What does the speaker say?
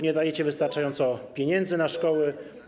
Nie dajecie wystarczająco pieniędzy na szkoły.